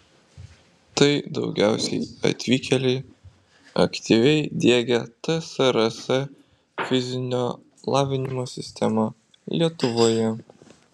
tai daugiausiai atvykėliai aktyviai diegę tsrs fizinio lavinimo sistemą lietuvoje